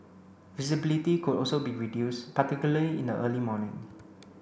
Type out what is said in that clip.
visibility could also be reduced particularly in the early morning